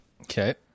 okay